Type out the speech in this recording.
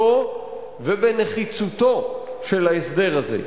בחשיבותו ובנחיצותו של ההסדר הזה.